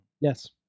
yes